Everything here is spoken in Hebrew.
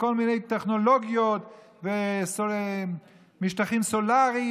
וכל מיני טכנולוגיות ומשטחים סולריים,